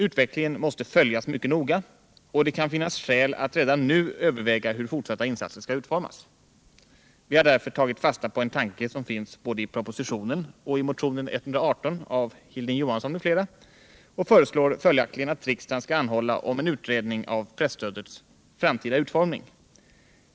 Utvecklingen måste följas mycket noga, och det kan finnas skäl att redan nu överväga hur fortsatta insatser skall utformas. Vi har därför tagit fasta på en tanke som finns både i propositionen och i motionen 118 av Hilding Johansson m.fl. och föreslår följaktligen att riksdagen skall anhålla om en utredning av presstödets framtida utformning.